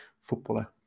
footballer